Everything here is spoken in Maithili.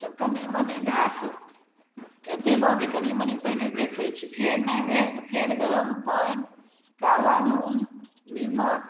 तऽ कनी मनी घासके देलहुँ जे कनी मनी पहिने देखय छी फेर नहि भेल तऽ फेर गरम पानि काला नून नीमक